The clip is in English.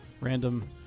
random